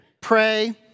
Pray